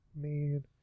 Man